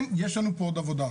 כן, יש לנו פה עוד עבודה.